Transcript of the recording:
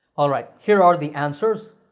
alright, here are the answers.